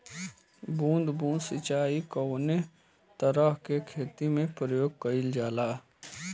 बूंद बूंद सिंचाई कवने तरह के खेती में प्रयोग कइलजाला?